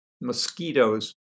Mosquitoes